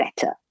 better